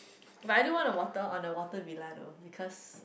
but I don't want a water on the water villa oh because